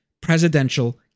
presidential